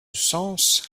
sens